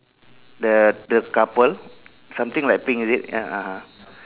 the the couple something like pink is it ya (uh huh)